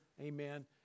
Amen